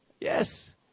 Yes